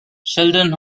sheldon